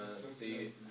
see